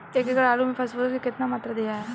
एक एकड़ आलू मे फास्फोरस के केतना मात्रा दियाला?